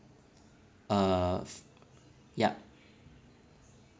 uh yup